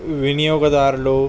వినియోగదారులు